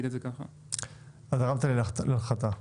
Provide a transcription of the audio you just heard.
הרמת לי להנחתה.